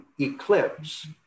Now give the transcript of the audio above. eclipse